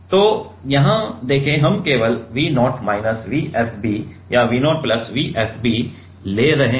तो यहाँ देखें हम केवल V0 माइनस V FB या V 0 प्लस V FB ले रहे हैं